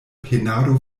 penado